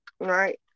right